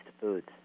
foods